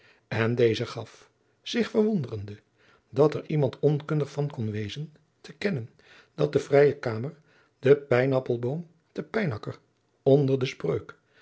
en deze gaf zich verwonderende dat er iemand onkundig van kon wezen te kennen dat de vrije kamer de pijnappelboom te pijnaker onder de spreuk